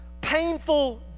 painful